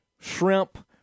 shrimp